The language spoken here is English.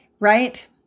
right